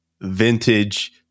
vintage